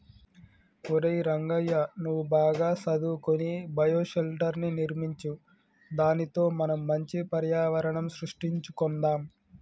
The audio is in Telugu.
ఒరై రంగయ్య నువ్వు బాగా సదువుకొని బయోషెల్టర్ర్ని నిర్మించు దానితో మనం మంచి పర్యావరణం సృష్టించుకొందాం